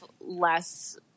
less